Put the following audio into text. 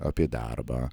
apie darbą